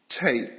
Take